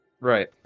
Right